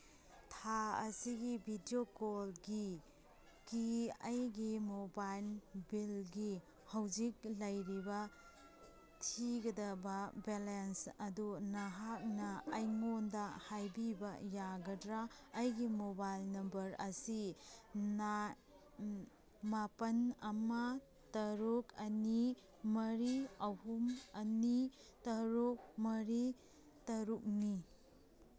ꯊꯥ ꯑꯁꯤꯒꯤ ꯚꯤꯗꯤꯀꯣꯟꯒꯤ ꯑꯩꯒꯤ ꯃꯣꯕꯥꯏꯜ ꯕꯤꯜꯒꯤ ꯍꯧꯖꯤꯛ ꯂꯩꯔꯤꯕ ꯊꯤꯒꯗꯕ ꯕꯦꯂꯦꯟꯁ ꯑꯗꯨ ꯅꯍꯥꯛꯅ ꯑꯩꯉꯣꯟꯗ ꯍꯥꯏꯕꯤꯕ ꯌꯥꯒꯗ꯭ꯔꯥ ꯑꯩꯒꯤ ꯃꯣꯕꯥꯏꯜ ꯅꯝꯕꯔ ꯑꯁꯤ ꯃꯥꯄꯟ ꯑꯃ ꯇꯔꯨꯛ ꯑꯅꯤ ꯃꯔꯤ ꯑꯍꯨꯝ ꯑꯅꯤ ꯇꯔꯨꯛ ꯃꯔꯤ ꯇꯔꯨꯛꯅꯤ